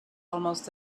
almost